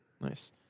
Nice